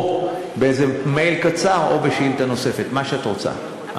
או באיזה מייל קצר או בשאילתה נוספת, מה שאת רוצה.